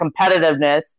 competitiveness